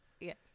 Yes